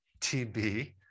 TB